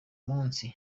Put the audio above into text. munsi